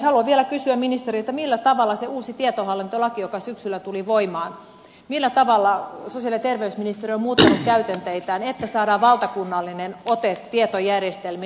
haluan vielä kysyä ministeriltä uudesta tietohallintolaista joka syksyllä tuli voimaan millä tavalla sosiaali ja terveysministeriö on muuttanut käytänteitään että saadaan valtakunnallinen ote tietojärjestelmiin